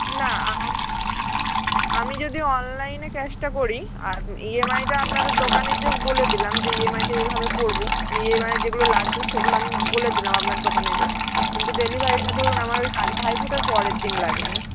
না আমি যদি অনলাইনে ক্যাশটা করি আর ইএমআইটা আপনাদের দোকানে যেয়ে বলে দিলাম যে ইএমআইটা এভাবে করবো ইএমআই যেগুলো লাগবে সেগুলো আমি বলে দিলাম আপনার দোকানে যেয়ে কিন্তু ডেলিভারিটা ধরুন আমার ভাইফোঁটার পরের দিন লাগবে